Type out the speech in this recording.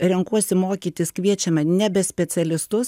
renkuosi mokytis kviečiame nebe specialistus